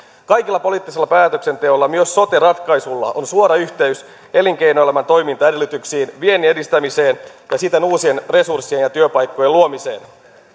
kaikella poliittisella päätöksenteolla myös sote ratkaisulla on suora yhteys elinkeinoelämän toimintaedellytyksiin viennin edistämiseen ja siten uusien resurssien ja työpaikkojen luomiseen